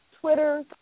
Twitter